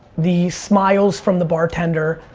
the smiles from the bartender,